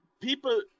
people